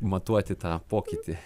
matuoti tą pokytį